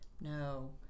No